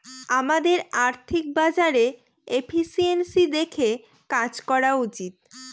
আমাদের আর্থিক বাজারে এফিসিয়েন্সি দেখে কাজ করা উচিত